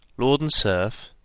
lord and serf,